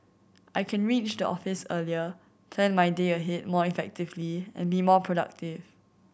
I can reach the office earlier plan my day ahead more effectively and be more productive